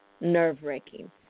nerve-wracking